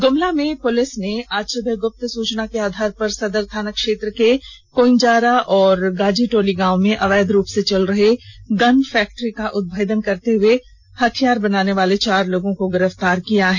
Gumla police ने आज सुबह ग्रप्त सूचना के आधार पर सदर थाना क्षेत्र के कोईनजारा और गाजी टोली गांव में अवैध रूप से चल रहे गन फैक्ट्री का उद्भेदन करते हुए अथियार बनाने वाले चार लोगों को गिरफ्तार किया है